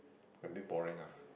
a bit boring ah